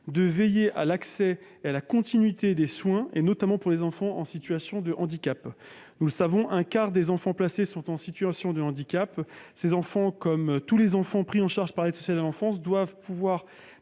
de veiller à l'accès et à la continuité des soins, notamment pour les enfants en situation de handicap. Nous le savons, un quart des enfants placés sont en situation de handicap. Comme tous les enfants pris en charge par l'ASE, ils doivent pouvoir